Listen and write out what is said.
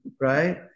Right